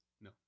No